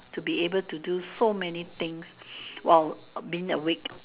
to be able to do so many things while been awake